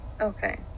okay